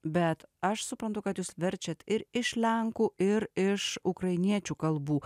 bet aš suprantu kad jūs verčiat ir iš lenkų ir iš ukrainiečių kalbų